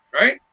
right